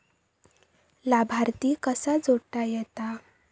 लाभार्थी कसा जोडता येता?